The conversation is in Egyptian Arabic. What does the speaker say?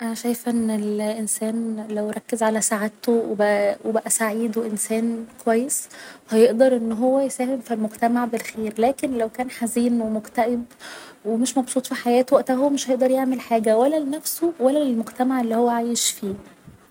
أنا شايفة ان الأنسان لو ركز على سعادته و بقا سعيد و إنسان كويس هيقدر إن هو يساهم في المجتمع بالخير لكن لو كان حزين و مكتئب و مش مبسوط في حياته وقتها هو مش هيقدر يعمل حاجة ولا لنفسه ولا للمجتمع اللي هو عايش فيه